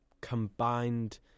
combined